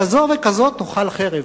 כזאת וכזאת תאכל חרב,